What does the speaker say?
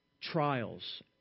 trials